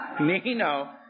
Nino